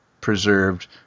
preserved